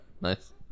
Nice